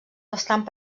bastant